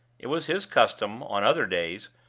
it was his custom, on other days,